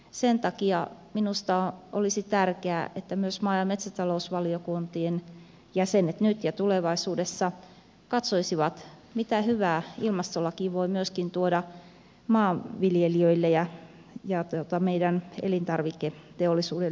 sen takia minusta olisi tärkeää että myös maa ja metsätalousvaliokunnan jäsenet nyt ja tulevaisuudessa katsoisivat mitä hyvää ilmastolaki voi myöskin tuoda maanviljelijöille ja meidän elintarviketeollisuudelle myöhemminkin